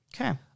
Okay